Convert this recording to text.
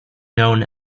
known